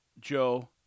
Joe